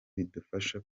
bidufasha